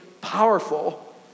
powerful